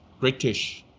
british